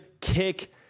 kick